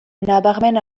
nabarmen